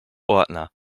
ordner